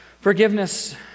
Forgiveness